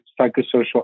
psychosocial